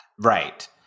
Right